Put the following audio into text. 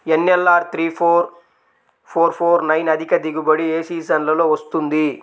NLR three four four four nine అధిక దిగుబడి ఏ సీజన్లలో వస్తుంది?